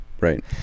Right